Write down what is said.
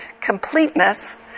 completeness